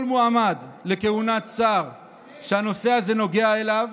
מועמד לכהונת שר שהנושא הזה נוגע אליו,